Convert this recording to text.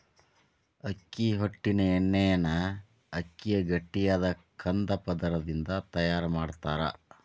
ಅಕ್ಕಿ ಹೊಟ್ಟಿನ ಎಣ್ಣಿನ ಅಕ್ಕಿಯ ಗಟ್ಟಿಯಾದ ಕಂದ ಪದರದಿಂದ ತಯಾರ್ ಮಾಡ್ತಾರ